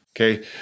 Okay